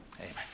Amen